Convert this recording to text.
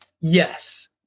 Yes